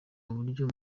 uburyo